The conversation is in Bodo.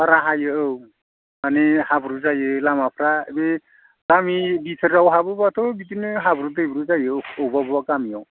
बारा हायो औ माने हाब्रु जायो लामाफोरा बे गामि भिथोराव हाबोबाथ' बिदिनो हाब्रु दैब्रु जायो अबेबा अबेबा गामियाव